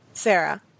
Sarah